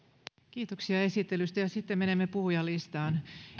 kiitoksia esittelystä sitten menemme puhujalistaan